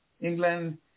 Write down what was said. England